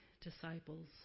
disciples